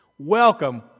Welcome